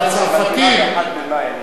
1 במאי.